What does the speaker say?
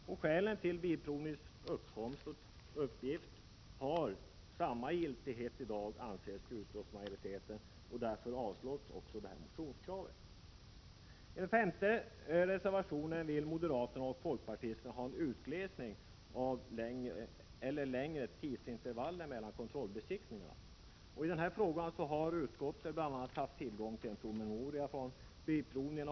Skälen till att 75 bilprovningen fick den organisation och de uppgifter den har äger samma giltighet i dag anser utskottsmajoriteten och avstyrker motionskravet. I den femte reservationen kräver moderaterna och folkpartisterna en utglesning av eller längre tidsintervaller mellan kontrollbesiktningarna. I denna fråga ha utskottet bl.a. haft tillgång till en promemoria från Svensk Bilprovning.